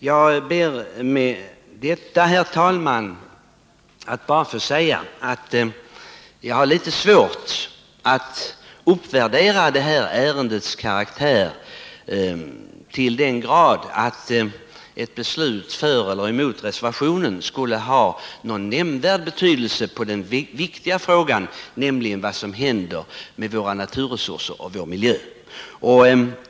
Jag har, herr talman, med tanke på det anförda svårt att inse att detta ärende har sådan karaktär att ett beslut för eller emot reservationen skulle ha någon nämnvärd betydelse för det som är den viktiga frågan i detta sammanhang, nämligen vad som skall hända med våra naturresurser och vår miljö.